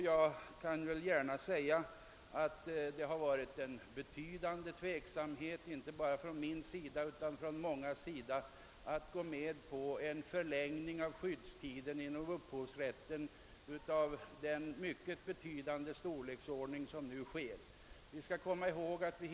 Jag skall erkänna att det har rått en betydande tveksamhet hos inte bara mig utan också hos många andra när det gällt att gå med på en förlängning av skyddstiden av den mycket betydande storleksordning som nu sker när det gäller upphovsrätten.